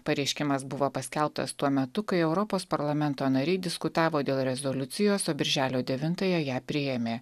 pareiškimas buvo paskelbtas tuo metu kai europos parlamento nariai diskutavo dėl rezoliucijos o birželio devintąją ją priėmė